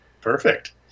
Perfect